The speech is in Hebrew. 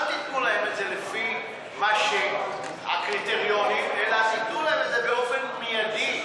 תיתנו להם את זה לפי הקריטריונים אלא תיתנו להם את זה באופן מיידי,